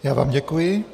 Já vám děkuji.